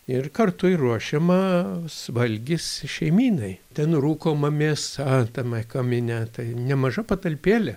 ir kartu ir ruošiamas valgis šeimynai ten rūkoma mėsa tame kamine tai nemaža patalpėlė